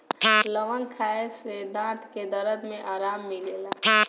लवंग खाए से दांत के दरद में आराम मिलेला